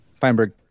Feinberg